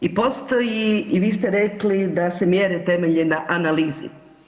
I postoji i vi ste rekli da se mjere temelje na analizi.